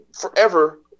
forever